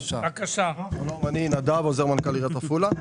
אני עוזר מנכ"ל עיריית עפולה.